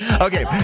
Okay